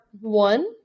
one